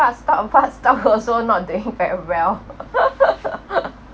fast stop fast stop also not doing very well